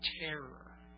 terror